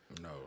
No